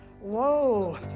Whoa